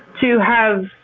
to have